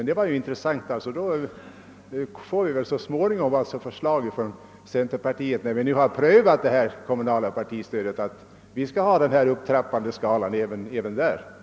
Det var därför intressant att nu få veta det. Då får vi antagligen ett förslag från centerpartiet — sedan det beslutade systemet har prövats ett tag — om en stigande skala även för det kommunala partistödet.